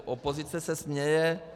Opozice se směje.